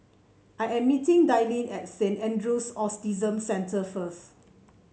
I am meeting Dayle at Saint Andrew's Autism Centre first